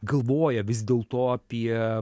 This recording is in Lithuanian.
galvoja vis dėlto apie